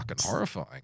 horrifying